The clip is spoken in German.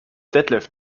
detlef